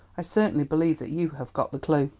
i certainly believe that you have got the clue.